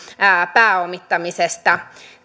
pääomittamisesta